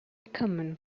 common